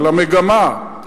על המגמה,